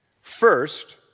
First